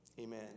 Amen